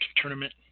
tournament